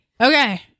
Okay